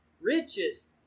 riches